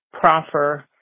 proffer